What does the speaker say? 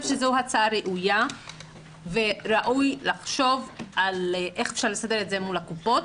שזו הצעה ראויה וראוי לחשוב איך אפשר להסדיר את זה מול הקופות,